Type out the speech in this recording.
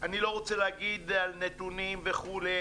אני לא רוצה להגיד על נתונים וכולי.